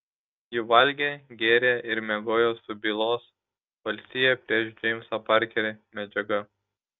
ji valgė gėrė ir miegojo su bylos valstija prieš džeimsą parkerį medžiaga